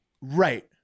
Right